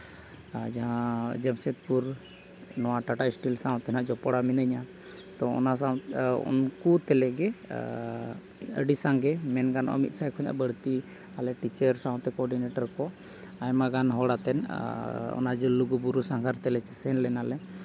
ᱡᱟᱦᱟᱸ ᱡᱟᱢᱥᱮᱫᱽᱯᱩᱨ ᱱᱚᱣᱟ ᱴᱟᱴᱟ ᱥᱴᱤᱞ ᱥᱟᱶᱛᱮ ᱦᱟᱸᱜ ᱡᱚᱯᱲᱟᱣ ᱢᱤᱱᱟᱹᱧᱟ ᱛᱳ ᱚᱱᱟ ᱥᱟᱶ ᱩᱱᱠᱩ ᱛᱮᱞᱮᱜᱮ ᱟᱹᱰᱤ ᱥᱟᱸᱜᱮ ᱢᱮᱱ ᱜᱟᱱᱚᱜᱼᱟ ᱢᱤᱫ ᱥᱟᱭ ᱠᱷᱚᱱᱟᱜ ᱵᱟᱹᱲᱛᱤ ᱟᱞᱮ ᱴᱤᱪᱟᱨ ᱥᱟᱶᱛᱮ ᱠᱳᱚᱰᱤᱱᱮᱴᱟᱨ ᱠᱚ ᱟᱭᱢᱟ ᱜᱟᱱ ᱦᱚᱲ ᱟᱛᱮᱫ ᱚᱱᱟ ᱡᱮ ᱞᱩᱜᱩᱼᱵᱩᱨᱩ ᱥᱟᱸᱜᱷᱟᱨ ᱛᱮᱞᱮ ᱥᱮᱱ ᱞᱮᱱᱟ ᱞᱮ